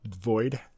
Void